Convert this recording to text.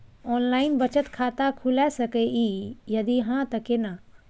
Online बचत खाता खुलै सकै इ, यदि हाँ त केना?